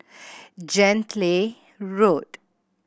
Gently Road